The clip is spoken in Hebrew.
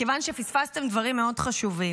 כיוון שפספסתם דברים מאוד חשובים.